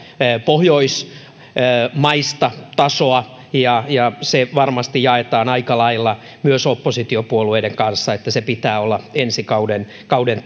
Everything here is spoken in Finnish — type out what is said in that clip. pohjoismaista tasoa ja ja se varmasti jaetaan aika lailla myös oppositiopuolueiden kanssa että sen pitää olla ensi kauden kauden